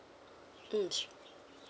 mm